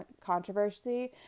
controversy